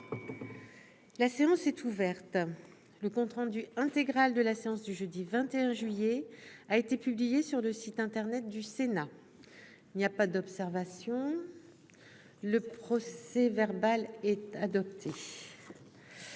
La séance est ouverte. Le compte rendu intégral de la séance du jeudi 21 juillet 2022 a été publié sur le site internet du Sénat. Il n'y a pas d'observation ?... Le procès-verbal est adopté.